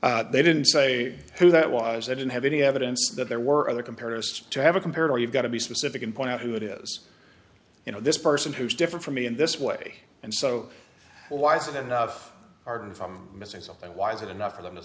dollar they didn't say who that was they didn't have any evidence that there were other comparisons to have a compared or you got to be specific and point out who it is you know this person who is different from me in this way and so why isn't that enough aren't from missing something why is it enough for them to